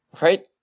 Right